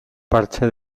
parche